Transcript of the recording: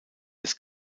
des